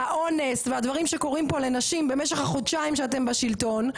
האונס ודברים שקורים פה לנשים במשך החודשיים שאתם בשלטון,